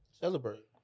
Celebrate